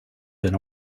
than